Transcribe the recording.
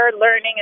learning